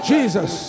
Jesus